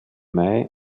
mai